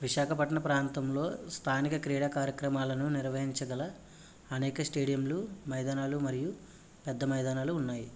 విశాఖపట్టన ప్రాంతంలో స్థానిక క్రీడా కార్యక్రమాలను నిర్వహించగల అనేక స్టేడియంలు మైదానాలు మరియు పెద్ద మైదానాలు ఉన్నాయి